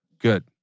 Good